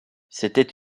c’était